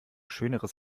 schöneres